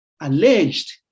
alleged